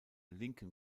linken